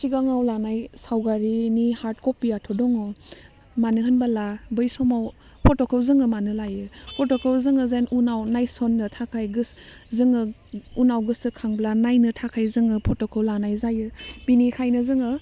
सिगाङाव लानाय सावगारिनि हार्ड कपियाथ' दङ मानो होनबोला बै समाव फट'खौ जोङो मानो लायो फट'खौ जोङो जेन उनाव नायसन्नो थाखाय गोसो जोङो उनाव गोसो खांब्ला नायनो थाखाय जोङो फट'खौ लानाय जायो बिनिखायनो जोङो